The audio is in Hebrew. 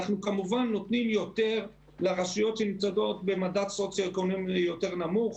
אנחנו כמובן נותנים יותר לרשויות שנמצאות במדד סוציו-אקונומי יותר נמוך.